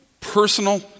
personal